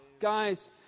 Guys